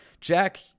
Jack